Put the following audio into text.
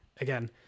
again